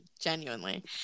genuinely